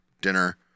dinner